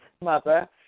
Mother